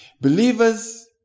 Believers